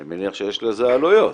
אני מניח שיש לזה עלויות.